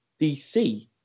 dc